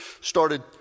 started